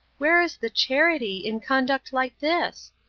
where is the charity, in conduct like this?